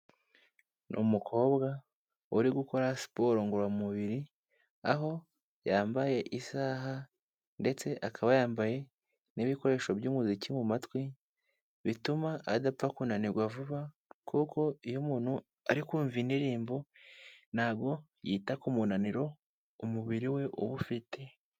Ni umukobwa uri gukora siporo ngororamubiri aho yambaye isaha ndetse akaba yambaye n'ibikoresho by'umuziki mu matwi bituma adapfa kunanirwa vuba kuko iyo umuntu ari kumva indirimbo ntago yita ku munaniro umubiri we uba ufite.